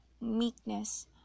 meekness